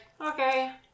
okay